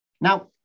Now